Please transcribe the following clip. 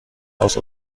aus